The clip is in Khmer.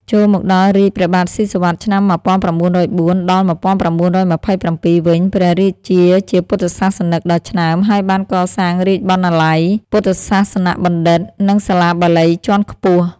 ចូលមកដល់រាជ្យ ព្រះបាទស៊ីសុវត្ថិ (ឆ្នាំ ១៩០៤-១៩២៧) វិញ ព្រះរាជាជាពុទ្ធសាសនិកដ៏ឆ្នើម ហើយបាន កសាងរាជបណ្ណាល័យ ពុទ្ធសាសនបណ្ឌិត្យ និងសាលាបាលីជាន់ខ្ពស់ ។